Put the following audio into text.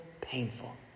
painful